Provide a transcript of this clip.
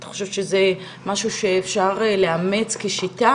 אתה חושב שזה משהו שאפשר לאמץ כשיטה?